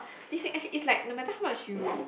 this as in it's like no matter how much you